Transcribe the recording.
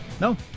No